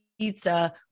pizza